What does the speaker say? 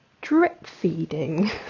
drip-feeding